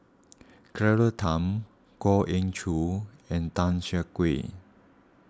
Claire Tham Goh Ee Choo and Tan Siah Kwee